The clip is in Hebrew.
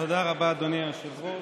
תודה רבה, אדוני היושב-ראש.